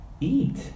eat